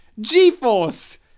G-Force